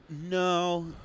no